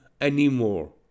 anymore